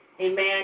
Amen